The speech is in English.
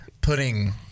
putting